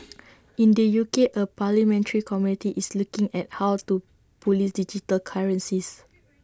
in the U K A parliamentary committee is looking at how to Police digital currencies